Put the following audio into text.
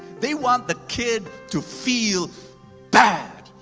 they want the kid to feel bad,